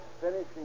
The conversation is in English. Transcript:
finishing